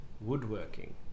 woodworking